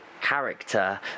character